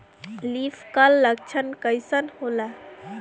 Leaf curl लक्षण कइसन होला?